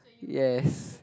yes